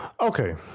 Okay